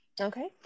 Okay